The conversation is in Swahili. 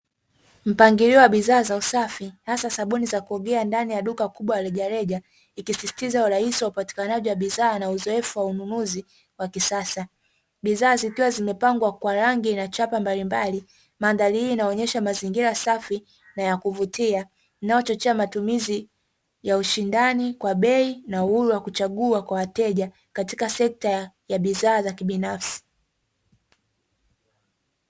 Mpangilio wa bidhaa za usafi, hasa sabuni za kuogea ndani ya duka kubwa za reja reja, ikisisitiza urahisi wa upanikanaji wa bidhaa na uzoefu wa ununuzi wa kisasa. Bidhaa zikiwa zimepangwa kwa rangi na chapa mbalimbali, mandhari hii inaonesha mazingira safi na ya kuvutia , inayochochea matumizi ya ushindani kwa bei na uhuru wa kuchagua kwa wateja katika sekta ya bidhaa za kibinafsi.